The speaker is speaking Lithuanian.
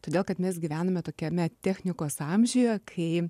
todėl kad mes gyvename tokiame technikos amžiuje kai